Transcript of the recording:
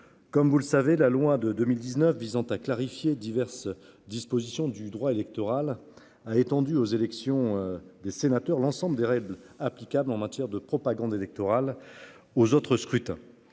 Comme vous le savez, la loi de 2019 visant à clarifier diverses dispositions du droit électoral a étendu aux élections des sénateurs, l'ensemble des règles applicables en matière de propagande électorale aux autres scrutins.